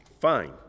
Fine